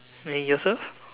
and yourself